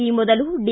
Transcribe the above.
ಈ ಮೊದಲು ಡಿ